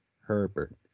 Herbert